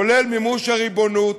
כולל מימוש הריבונות,